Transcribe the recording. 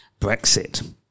Brexit